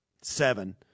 seven